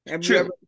True